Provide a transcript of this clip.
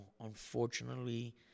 unfortunately